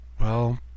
Well